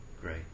great